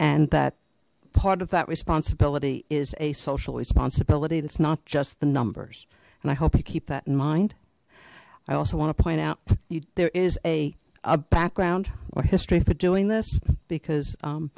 and that part of that responsibility is a social responsibility that's not just the numbers and i hope you keep that in mind i also want to point out there is a background or history for doing this because